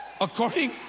according